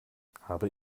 habe